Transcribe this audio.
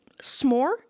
s'more